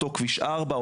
אותו כביש 4,